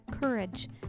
courage